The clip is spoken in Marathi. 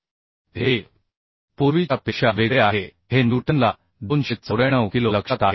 लक्षात ठेवा हे पूर्वीच्या पेक्षा वेगळे आहे